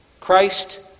Christ